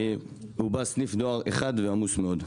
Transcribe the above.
שהיא עיר בפני עצמה ובה סניף דואר אחד ועמוס מאוד.